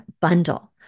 bundle